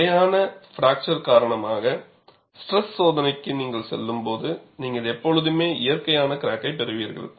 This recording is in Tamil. நிலையான பிராக்சர் காரணமாக ஸ்ட்ரெஸ் சோதனைக்கு நீங்கள் செல்லும்போது நீங்கள் எப்போதுமே இயற்கையான கிராக்கை பெறுவீர்கள்